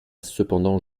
cependant